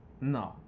No